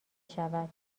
شود